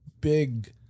big